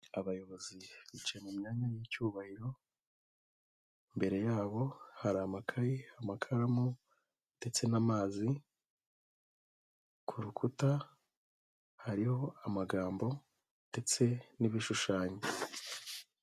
Abayobozi bicaye mu myanya y'icyubahiro imbere yabo hari amakaye amakaramu ndetse n'amazi, ku rukuta hariho amagambo ndetse n'ibishushanyo.